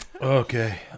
Okay